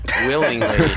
willingly